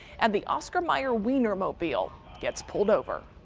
and the oscar meyer wienermobile gets pulled over.